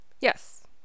Yes